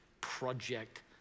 Project